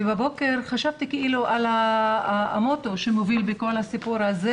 ובבוקר חשבתי על המוטו שמוביל בכל הסיפור הזה